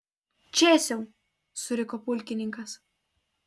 čėsiau suriko pulkininkas